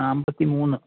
അൻപത്തി മൂന്ന്